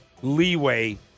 leeway